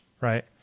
right